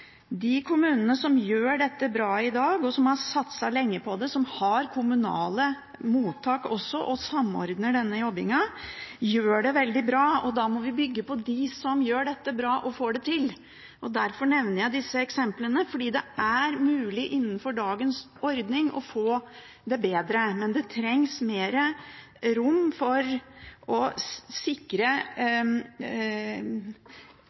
De kommunene som gjør dette bra i dag, som har satset lenge på det, som har kommunale mottak, og som samordner denne jobbingen, gjør det veldig bra, og da må vi bygge på dem som gjør dette bra og får det til. Derfor nevner jeg disse eksemplene. Det er mulig innenfor dagens ordning å få det bedre, men det trengs mer rom for å sikre